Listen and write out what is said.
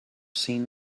seen